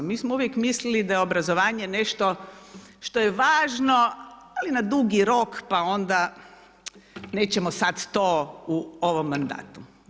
Mi smo uvijek mislili da je obrazovanje nešto što je važno, ali na dugi rok, pa onda nećemo sada to u ovom mandatu.